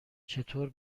چطور